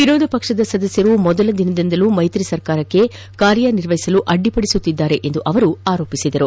ವಿರೋಧ ಪಕ್ಷದ ಸದಸ್ಯರು ಮೊದಲ ದಿನದಿಂದಲೂ ಮೈತ್ರಿ ಸರ್ಕಾರಕ್ಕೆ ಕಾರ್ಯನಿರ್ವಹಿಸಲು ಅಡ್ಡಿಪಡಿಸುತ್ತಿದ್ದಾರೆ ಎಂದು ಆರೋಪಿಸಿದರು